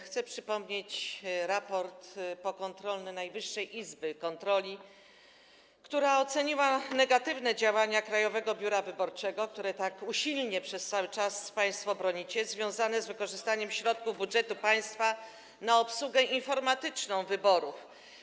Chcę przypomnieć raport pokontrolny Najwyższej Izby Kontroli, która oceniła negatywnie działania Krajowego Biura Wyborczego, którego tak usilnie przez cały czas państwo bronicie, związane z wykorzystaniem środków budżetu państwa na obsługę informatyczną wyborów.